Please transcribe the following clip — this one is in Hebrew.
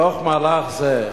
בתוך מהלך זה,